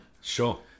Sure